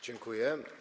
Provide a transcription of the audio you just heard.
Dziękuję.